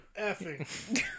effing